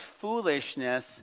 foolishness